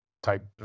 type